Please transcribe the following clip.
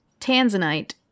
Tanzanite